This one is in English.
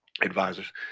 advisors